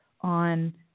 on